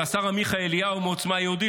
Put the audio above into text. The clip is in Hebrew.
והשר עמיחי אליהו מעוצמה יהודית,